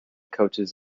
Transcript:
coaches